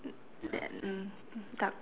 then dark